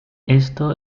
esto